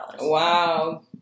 Wow